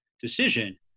decision